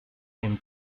him